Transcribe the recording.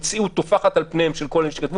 המציאות טופחת על פניהם של כל אלה שכתבו,